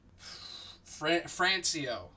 Francio